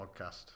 Podcast